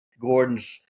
Gordon's